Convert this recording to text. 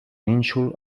nínxol